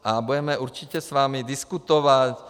A budeme určitě s vámi diskutovat.